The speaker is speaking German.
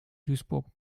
duisburg